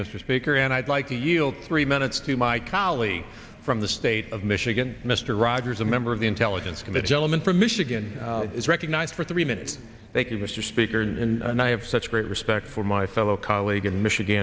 mr speaker and i'd like to yield three minutes to my colleague from the state of michigan mr rogers a member of the intelligence committee gentleman from michigan is recognized for three minutes thank you mr speaker and i have such great respect for my fellow colleague and michigan